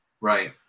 Right